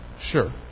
Sure